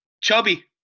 Chubby